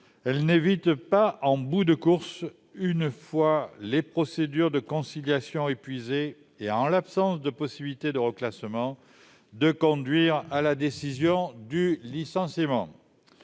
toujours pas, en bout de course, une fois les procédures de conciliation épuisées et en l'absence de possibilités de reclassement, d'éviter une décision de licenciement.